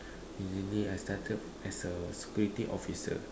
usually I started as a security officer